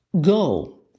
Go